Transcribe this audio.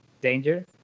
danger